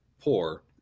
poor